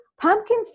pumpkin